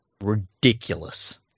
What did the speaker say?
Ridiculous